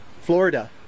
Florida